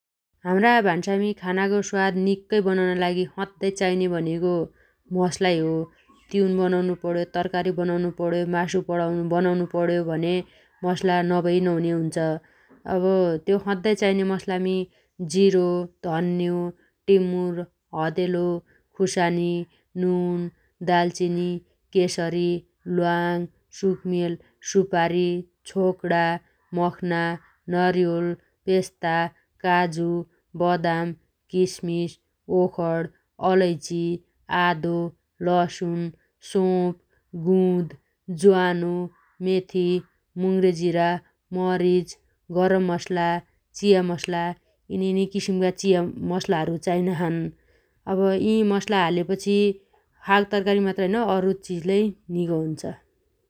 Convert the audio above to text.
हाम्रा भान्सामी खानागो स्वाद निक्कै बनाउनाइ लागि सद्दाइ चाइने भनेगो मसलाइ हो । तिउन बनाउनुपण्यो तरकारी बनाउनु पण्यो मासु बणा -बनाउनुपण्यो भने मसला नभइ नहुने हुन्छ । अब त्यो सद्दाइ चाइने मसलामी जिरो धन्न्यो टिमुर हदेलो खुसानी नुन दालचिनी केसरी ल्वाङ सुक्मेल सुपारी छोकणा मखना नारिवल पेस्ता काजु बदाम किसमिस ओखण अलैची आदो लसुण सोप गुंद ज्वानो मेथी मुंग्रे जिरा मरिच गरम मसला चिया मसला यिनियिनी किसिमगा चिया मसलाहरु चाइनाछन् । अब यी मसला हालेपछि साग तरकारी मात्र होइन अरु चिज लै निगो हुन्छ ।